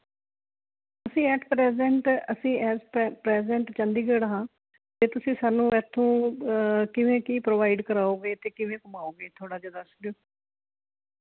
ਅਸੀਂ ਐਟ ਅਸੀਂ as present Chandigarh ਹਾਂ ਤੇ ਤੁਸੀਂ ਸਾਨੂੰ ਇਥੋਂ ਕਿਵੇਂ ਕੀ ਪ੍ਰੋਵਾਈਡ ਕਰਾਓਗੇ ਤੇ ਕਿਵੇਂ ਘਮਾਓਗੇ ਥੋੜਾ ਜਿਹਾ ਦੱਸ ਦਿਓ